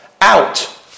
out